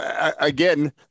again